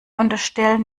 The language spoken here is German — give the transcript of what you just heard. unterstellen